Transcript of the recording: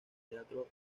teatro